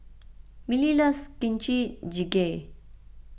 Milly loves Kimchi Jjigae